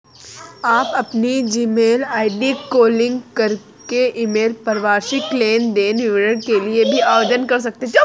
आप अपनी Gmail ID को लिंक करके ईमेल पर वार्षिक लेन देन विवरण के लिए भी आवेदन कर सकते हैं